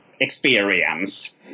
experience